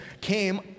came